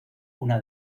una